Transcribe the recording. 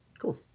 cool